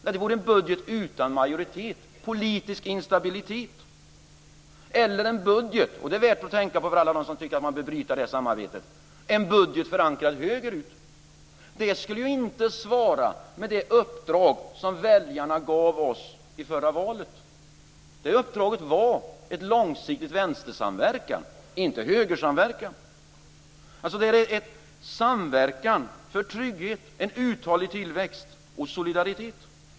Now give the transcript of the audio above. Jo, det vore en budget utan majoritet och med politisk instabilitet. Eller också vore det en budget som är förankrad högerut - det är värt att tänka på för alla dem som tycker att samarbetet bör brytas. Det skulle inte vara svara mot det uppdrag som väljarna gav oss i förra valet. Det uppdraget var en långsiktig vänstersamverkan, inte högersamverkan. Det är en samverkan för trygghet, uthållig tillväxt och solidaritet.